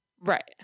Right